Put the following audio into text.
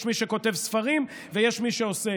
יש מי שכותב ספרים, ויש מי שעושה.